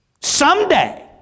Someday